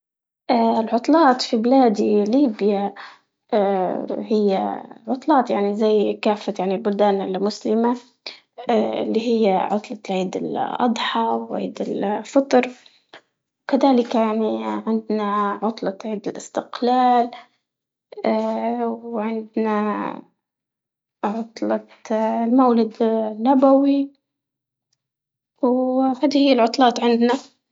اه العطلات في بلادي ليديا اه هي عطلات يعني زي كافة يعني البلدان المسلمة، اه اللي هي عطلة عيد الأضحى وعيد الفطر، كذلك يعني عندنا عطلة عدة استقلال، اه عطلة المولد النبوي وهذه هي العطلات عندنا.